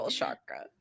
chakra